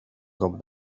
come